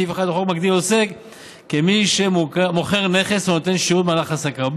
סעיף 1 לחוק מגדיר עוסק כמי שמוכר נכס או נותן שירות במהלך עסקיו,